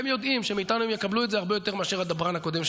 הם יודעים שמאיתנו הם יקבלו את זה הרבה יותר מאשר הדברן הקודם,